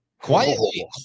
Quietly